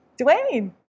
Dwayne